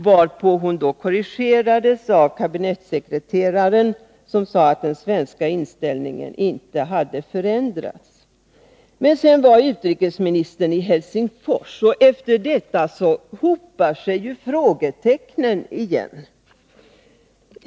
Hon har därefter korrigerats av kabinettssekreteraren, som sagt att den svenska inställningen inte har förändrats. Men sedan dess har vår utrikesminister varit i Helsingfors, och därefter hopar sig frågetecknen återigen.